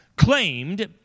claimed